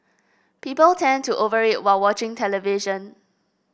people tend to over eat while watching the television